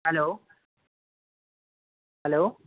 hello hello